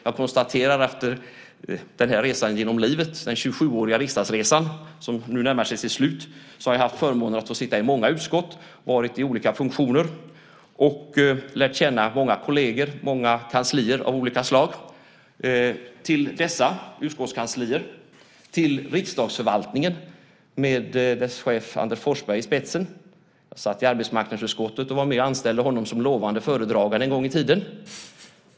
Jag konstaterar efter den 27-åriga riksdagsresan, som nu närmar sig sitt slut, att jag har haft förmånen att få sitta i många utskott, varit i olika funktioner och lärt känna många kolleger och kanslier av olika slag. Jag vänder mig till dessa utskottskanslier och till riksdagsförvaltningen med dess chef Anders Forsberg i spetsen. Jag satt i arbetsmarknadsutskottet och var med och anställde honom som lovande föredragande en gång i tiden.